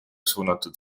suunatud